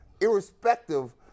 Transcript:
irrespective